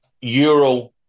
Euro